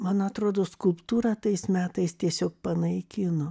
man atrodo skulptūrą tais metais tiesiog panaikino